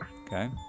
okay